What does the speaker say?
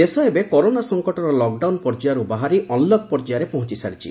ଦେଶ ଏବେ କରୋନା ସଙ୍କଟର ଲକ୍ଡାଉନ୍ ପର୍ଯ୍ୟାୟରୁ ବାହାରି ଅନ୍ଲକ୍ ପର୍ଯ୍ୟାୟରେ ପହଞ୍ ସାରିଛି